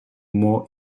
more